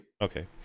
Okay